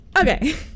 Okay